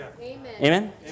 Amen